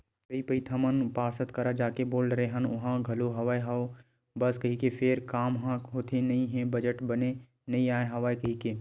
कई पइत हमन पार्षद करा जाके बोल डरे हन ओहा घलो हव हव बस कहिथे फेर काम ह होथे नइ हे बजट बने नइ आय हवय कहिथे